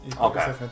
Okay